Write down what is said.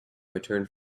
returned